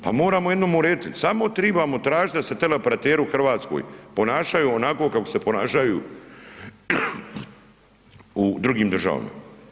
Pa moramo jednom urediti, samo tribamo tražiti da se teleoperateri u Hrvatskoj ponašaju onako kako se ponašaju u drugim državama.